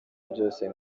byose